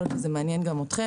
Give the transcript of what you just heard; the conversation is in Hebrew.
יכול להיות שזה מעניין גם אתכם.